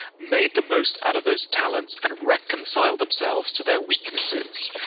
made the most out of those talents, and reconciled themselves to their weaknesses.